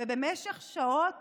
ובמשך שעות